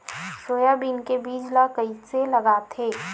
Soybean के बीज ल कइसे लगाथे?